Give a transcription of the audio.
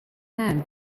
hand